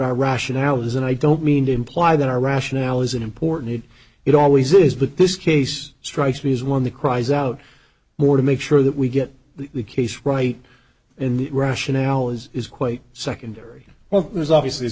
our rationale is and i don't mean to imply that our rationale isn't important it always is but this case strikes me as one the cries out more to make sure that we get the case right in the rationale is is quite secondary well there's obviously as